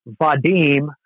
Vadim